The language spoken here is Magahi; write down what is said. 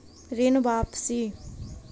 ऋण वापसी?